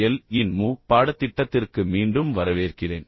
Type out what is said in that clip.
L இன் MOOC பாடத்திட்டத்திற்கு மீண்டும் வரவேற்கிறேன்